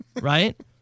right